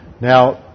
Now